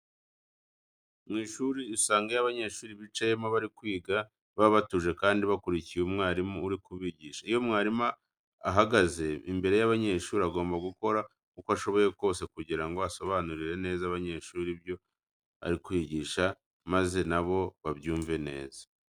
Mu ishuri usanga iyo abanyeshuri bicayemo bari kwiga baba batuje kandi bakurikiye umwarimu uri kubigisha. Iyo umwarimu ahagaze imbere y'abanyeshuri agomba gukora uko ashoboye kose kugira ngo asobanurire neza abanyeshuri ibyo ari kubigisha maze na bo babyumve neza.